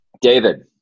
David